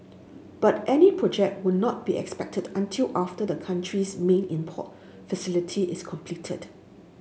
but any project would not be expected until after the country's main import facility is completed